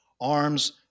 arms